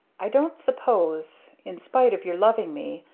i don't suppose in spite of your loving me,